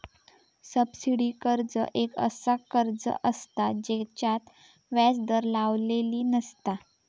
subsidy कर्ज एक असा कर्ज असता जेच्यात व्याज दर लावलेली नसता